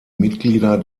mitglieder